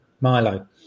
Milo